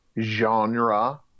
genre